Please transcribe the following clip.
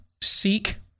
seek